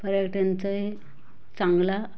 पर्यटनचं हे चांगला